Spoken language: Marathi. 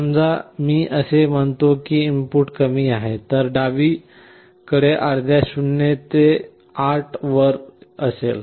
समजा मी असे म्हणतो की इनपुट कमी आहे तर ते डावीकडे अर्ध्या 0 ते 7 वर असेल